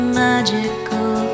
magical